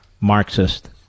Marxist